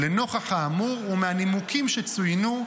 לנוכח האמור ומהנימוקים שצוינו,